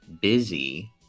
busy